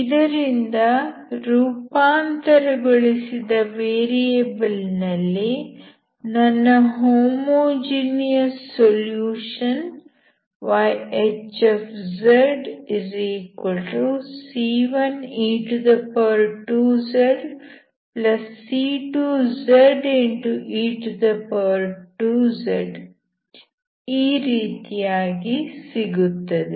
ಇದರಿಂದ ರೂಪಾಂತರಗೊಳಿಸಿದ ವೇರಿಯಬಲ್ ನಲ್ಲಿ ನನ್ನ ಹೋಮೋಜಿನಿಯಸ್ ಸೊಲ್ಯೂಷನ್ yHzc1e2zc2ze2z ಈ ರೀತಿಯಾಗಿ ಸಿಗುತ್ತದೆ